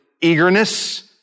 eagerness